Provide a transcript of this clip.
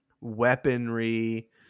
weaponry